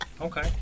Okay